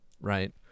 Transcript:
Right